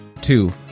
Two